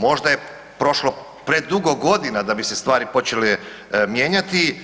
Možda je prošlo predugo godina da bi se stvari počele mijenjati